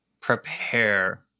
prepare